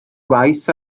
waith